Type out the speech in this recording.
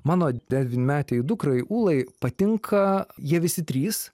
mano devynmetei dukrai ūlai patinka jie visi trys